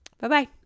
Bye-bye